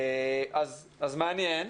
אז זה מעניין.